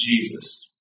Jesus